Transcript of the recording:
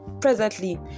presently